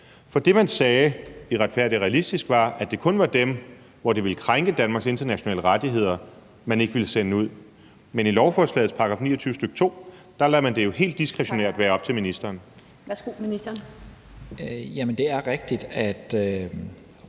For det, man sagde i »Retfærdig og Realistisk« var, at det kun var dem, hvor det ville krænke Danmarks internationale rettigheder, man ikke ville sende ud. Men i lovforslagets § 29, stk. 2, lader man det jo helt diskretionært være op til ministeren. Kl. 15:39 Den fg. formand